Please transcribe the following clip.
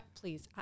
please